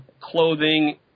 clothing